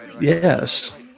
Yes